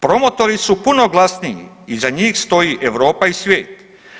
Promotori su puno glasniji, iza njih stoji Europa i svijet.